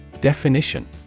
Definition